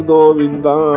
Govinda